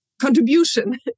contribution